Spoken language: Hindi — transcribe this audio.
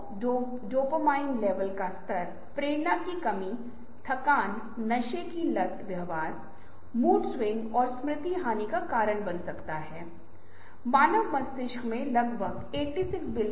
प्रत्येक समूह के सदस्य को विचारों के महत्व के साथ उपयोगिता और कार्यान्वयन पर उनके महत्व के अनुसार विचार को स्वतंत्र रूप से रैंक करने के लिए कहा जाता है